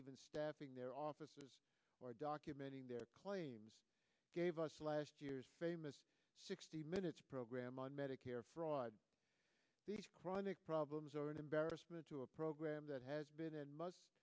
even staffing their offices or document their claims gave us last year's famous sixty minutes program on medicare fraud these chronic problems are an embarrassment to a program that has been and must